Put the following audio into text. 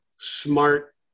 smart